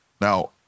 now